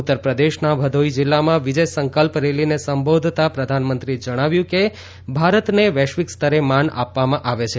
ઉત્તરપ્રદેશના ભદોહી જિલ્લામાં વિજય સંકલ્પ રેલીને સંબોધતા પ્રધાનમંત્રીએ જણાવ્યું કે ભારતને વૈશ્વિક સ્તરે માન આપવામાં આવે છે